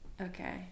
Okay